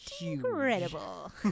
incredible